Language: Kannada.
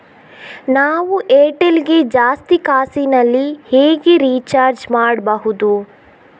ನಾವು ಏರ್ಟೆಲ್ ಗೆ ಜಾಸ್ತಿ ಕಾಸಿನಲಿ ಹೇಗೆ ರಿಚಾರ್ಜ್ ಮಾಡ್ಬಾಹುದು?